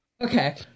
okay